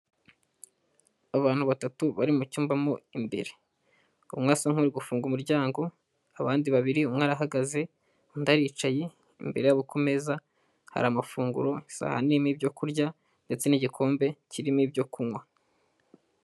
Abantu batatu bari mu cyumba mu imbere, umwe asa nk'uri gufunga umuryango, abandi babiri umwe arahagaze undi aricaye, imbere yabo ku meza hari amafunguro ku isahani nini byo kurya ndetse n'igikombe kirimo ibyo kunywa.